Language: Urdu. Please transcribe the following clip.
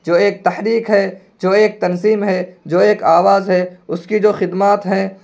جو ایک تحریک ہے جو ایک تنظیم ہے جو ایک آواز ہے اس کی جو خدمات ہیں